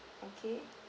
okay